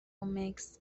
makes